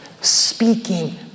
speaking